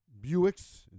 Buicks